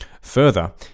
Further